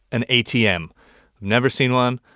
an atm never seen one,